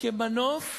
כמנוף